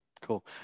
cool